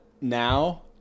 now